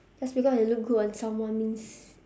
just because it look good on someone means